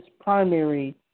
primary